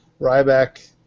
Ryback